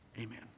Amen